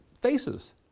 faces